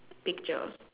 picture